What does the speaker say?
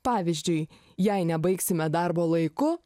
pavyzdžiui jei ne baigsime darbo laiku